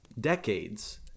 decades